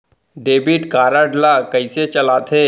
Debit card ला कइसे चलाते?